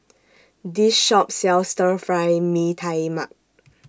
This Shop sells Stir Fry Mee Tai Mak